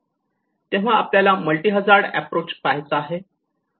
तेव्हा आता आपल्याला मल्टी हझार्ड अॅप्रोच पाहायचा आहे